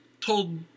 told